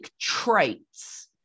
traits